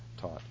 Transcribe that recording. taught